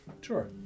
Sure